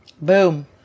Boom